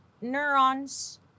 neurons